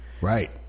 Right